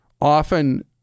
often